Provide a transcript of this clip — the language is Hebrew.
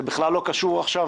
זה בכלל לא קשור עכשיו,